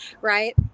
right